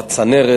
בצנרת,